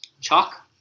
chalk